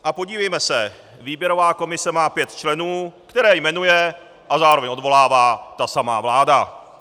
A podívejme se výběrová komise má pět členů, které jmenuje a zároveň odvolává ta samá vláda.